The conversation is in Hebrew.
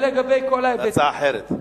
הצעה אחרת.